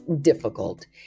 difficult